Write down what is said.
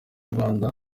rwanda